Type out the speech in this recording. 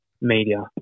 media